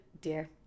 dear